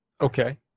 Okay